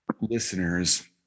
listeners